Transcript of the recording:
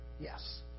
Yes